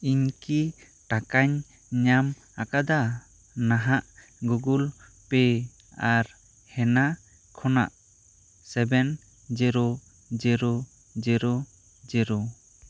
ᱤᱧ ᱠᱤ ᱴᱟᱠᱟᱧ ᱟᱢ ᱟᱠᱟᱫᱟ ᱱᱟᱦᱟᱜ ᱜᱩᱜᱩᱞ ᱯᱮ ᱟᱨ ᱦᱮᱱᱟ ᱠᱷᱚᱱᱟᱜ seven zero zero zero zero